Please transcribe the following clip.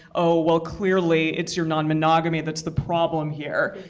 oh, well, clearly, it's your non-monogamy that's the problem here.